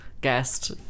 guest